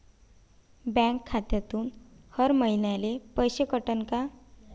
Bank खात्यातून हर महिन्याले पैसे कटन का?